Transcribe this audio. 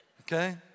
okay